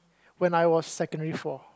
when I was secondary four